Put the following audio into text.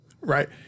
Right